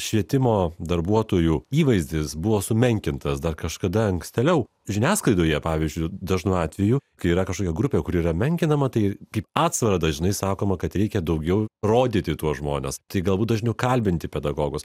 švietimo darbuotojų įvaizdis buvo sumenkintas dar kažkada ankstėliau žiniasklaidoje pavyzdžiui dažnu atveju kai yra kažkokia grupė kuri yra menkinama tai kaip atsvarą dažnai sakoma kad reikia daugiau rodyti tuos žmones tai galbūt dažniau kalbinti pedagogus